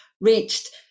reached